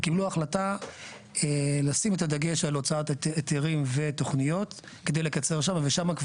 קיבלו החלטה לשים את הדגש על הוצאת היתרים ותוכניות כדי לקצר שם.